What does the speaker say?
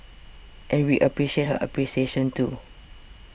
and we appreciate her appreciation too